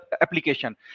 application